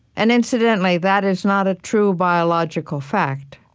and incidentally, that is not a true biological fact.